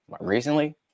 Recently